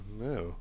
no